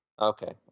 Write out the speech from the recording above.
Okay